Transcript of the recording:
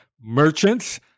*Merchants